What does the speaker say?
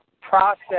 process